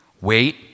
Wait